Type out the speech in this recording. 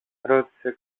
ρώτησε